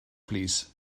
plîs